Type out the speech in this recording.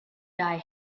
die